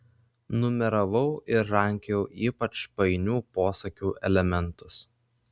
numeravau ir rankiojau ypač painių posakių elementus